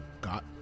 got